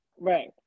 right